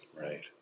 Right